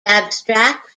abstract